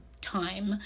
time